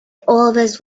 always